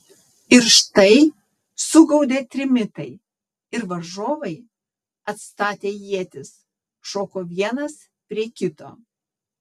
ir štai sugaudė trimitai ir varžovai atstatę ietis šoko vienas prie kito